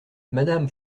madame